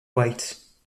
white